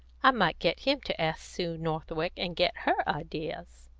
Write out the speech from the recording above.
i might get him to ask sue northwick, and get her ideas.